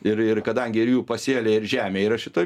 ir ir kadangi ir jų pasėliai ir žemė yra šitoj